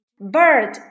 Bird